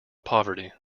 poverty